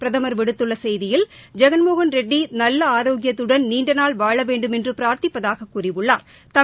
பிரதம் விடுத்துள்ள செய்தியில் ஜெகள்மோகன்ரெட்டி நல்ல ஆரோக்கியதுடன் நீண்டநாள் வாழ வேண்டுமென்று பிராா்த்திப்பதாகக் கூறியுள்ளாா்